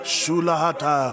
Shulahata